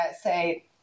say